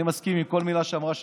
אני מסכים עם כל מילה שאמרה שקד,